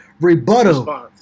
rebuttal